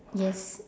yes